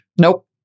Nope